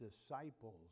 disciples